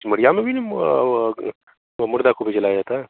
सिमरिया में भी वहाँ मुर्दा को भी जलाया जाता है